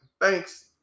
Thanks